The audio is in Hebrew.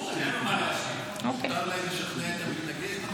מותר להם לשכנע את המתנגד?